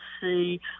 see